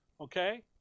Okay